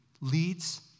leads